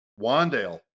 Wandale